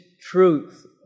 truth